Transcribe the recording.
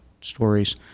stories